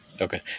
Okay